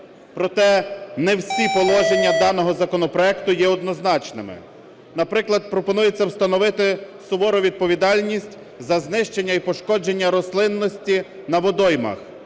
Проте не всі положення даного законопроекту є однозначними. Наприклад, пропонується встановити сувору відповідальність за знищення і пошкодження рослинності на водоймах.